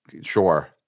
Sure